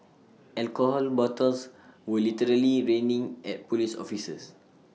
alcohol bottles were literally raining at Police officers